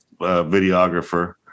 videographer